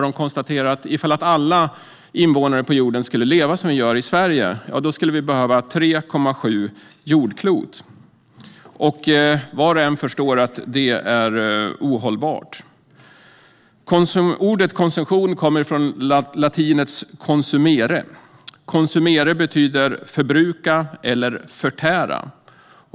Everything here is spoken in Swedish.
De konstaterar: Om alla invånare på jorden skulle leva som vi gör i Sverige skulle vi behöva 3,7 jordklot. Var och en förstår att det är ohållbart. Ordet "konsumtion" kommer från latinets consumere, vilket betyder förbruka eller förtära.